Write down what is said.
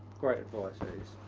great advice,